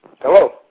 Hello